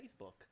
Facebook